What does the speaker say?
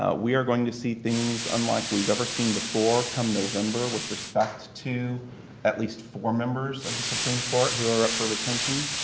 ah we are going to see things unlike we've ever seen before come november with respect to at least four members of the supreme court who are up for retention.